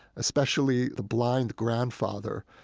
especially the blind grandfather,